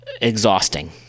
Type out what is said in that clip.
exhausting